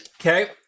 Okay